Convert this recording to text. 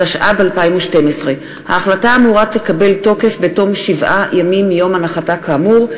התשע"ב 2012. ההחלטה האמורה תקבל תוקף בתום שבעה ימים מיום הנחתה כאמור,